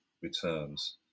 returns